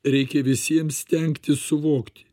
reikia visiems stengtis suvokti